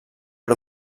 per